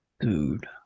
dude